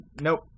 nope